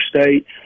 state